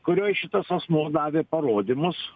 kurioj šitas asmuo davė parodymus